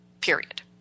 period